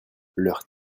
leurs